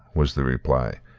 was the reply,